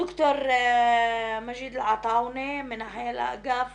ד"ר מג'יד אלעטאונה, מנהל האגף